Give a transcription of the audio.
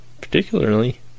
particularly